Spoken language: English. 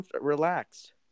relaxed